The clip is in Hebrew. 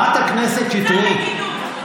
חבר הכנסת אוחנה.